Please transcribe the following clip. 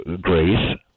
grace